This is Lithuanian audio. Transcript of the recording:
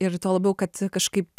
ir tuo labiau kad kažkaip